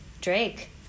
Drake